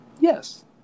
Yes